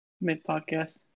mid-podcast